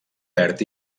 verd